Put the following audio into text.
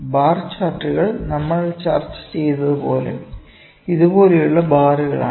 bar ചാർട്ടുകൾ നമ്മൾ ചർച്ച ചെയ്തതുപോലെ ഇതുപോലുള്ള ബാറുകളാണ്